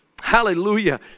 Hallelujah